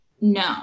no